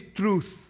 truth